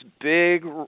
big